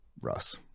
russ